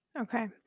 Okay